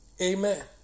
Amen